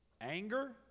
Anger